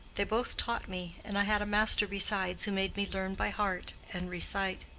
they both taught me, and i had a master besides, who made me learn by heart and recite.